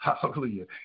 Hallelujah